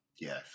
Yes